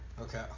Okay